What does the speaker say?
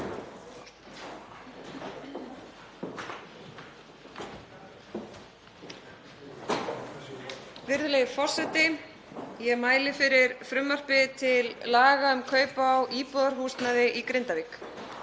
Virðulegi forseti. Ég mæli fyrir frumvarpi til laga um kaup á íbúðarhúsnæði í Grindavík.